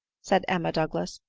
said emma douglas.